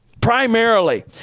Primarily